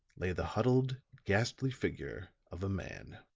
lay the huddled, ghastly figure of a man.